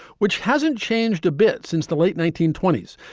which hasn't changed a bit since the late nineteen twenty s.